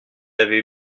avait